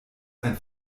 ein